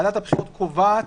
ועדת הבחירות קובעת